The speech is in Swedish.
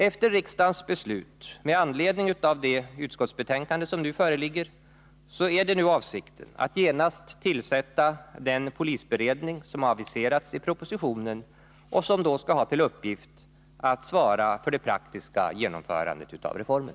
Efter riksdagens beslut med anledning av det utskottsbetänkande som föreligger är det nu avsikten att genast tillsätta den polisberedning som har aviserats i propositionen och som skall ha till uppgift att svara för det praktiska genomförandet av reformen.